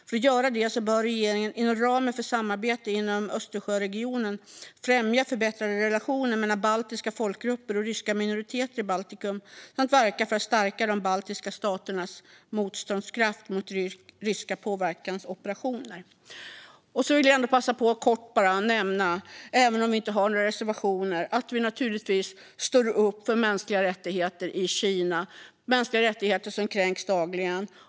För att göra det bör regeringen inom ramen för samarbetet inom Östersjöregionen främja förbättrade relationer mellan baltiska folkgrupper och ryska minoriteter i Baltikum samt verka för att stärka de baltiska staternas motståndskraft mot ryska påverkansoperationer. Och så vill jag passa på att kort nämna att vi, även om vi inte har några reservationer om det, naturligtvis står upp för mänskliga rättigheter i Kina - de mänskliga rättigheterna kränks dagligen.